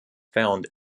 found